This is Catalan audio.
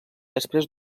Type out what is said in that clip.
després